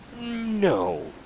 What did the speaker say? No